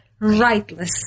rightless